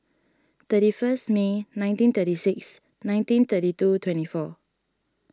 thirty first May nineteen thirty six nineteen thirty two twenty four